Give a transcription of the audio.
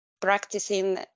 practicing